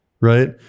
right